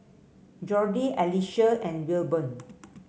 Jordi Alicia and Wilburn